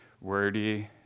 wordy